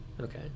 Okay